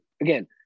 Again